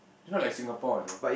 is not like Singapore you know